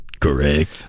Correct